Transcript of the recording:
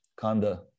kanda